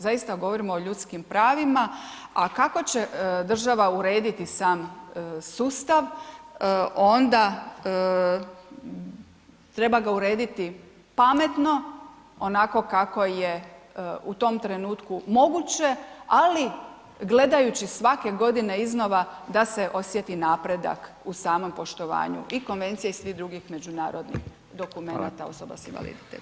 Zaista govorimo o ljudskim pravima, a kako će država urediti am sustav, onda treba ga urediti pametno, onako kako je u tom trenutku moguće, ali gledajuće svake godine iznova, da se osjeti napredak u samom poštovanju i konvencija i svih drugih međunarodnih dokumenata, osoba s invaliditetom.